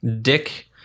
Dick